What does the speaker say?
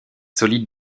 solides